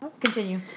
Continue